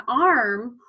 arm